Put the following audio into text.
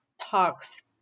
talks